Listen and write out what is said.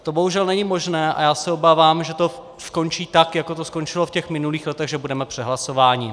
To bohužel není možné a já se obávám, že to skončí tak, jako to skončilo v těch minulých letech, že budeme přehlasováni.